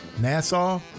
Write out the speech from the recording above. Nassau